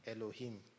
Elohim